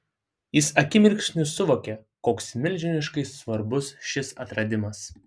jis akimirksniu suvokė koks milžiniškai svarbus šis atradimas